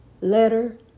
letter